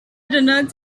denotes